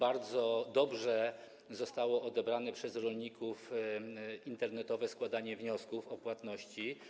Bardzo dobrze zostało odebrane przez rolników internetowe składanie wniosków o płatności.